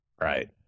Right